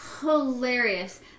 Hilarious